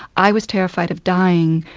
i was terrified of dying,